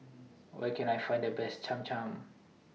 Where Can I Find The Best Cham Cham